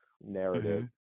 narrative